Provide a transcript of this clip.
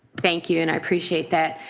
thank you and i appreciate that.